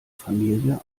familie